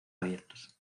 abiertos